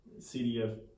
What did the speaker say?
CDF